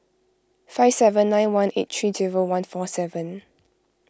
five seven nine one eight three zero one four seven